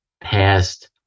past